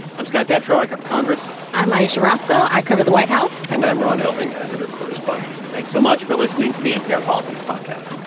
i'm scott detrow. i cover congress i'm ayesha rascoe. i cover the white house and i'm ron elving, editor-correspondent thanks so much for listening to the npr politics podcast